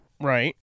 Right